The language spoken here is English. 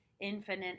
infinite